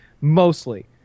mostly